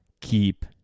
keep